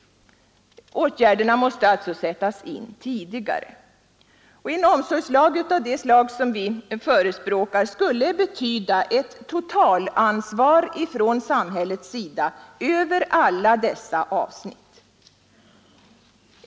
Åtgärderna måste alltså sättas in tidigare. En omsorgslag av det slag vi förespråkar skulle betyda ett totalansvar från samhällets sida över alla dessa avsnitt.